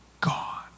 gone